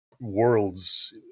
worlds